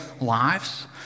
lives